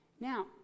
Now